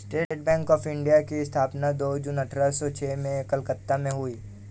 state bank of India की स्थापना दो जून अठारह सो छह में कलकत्ता में हुई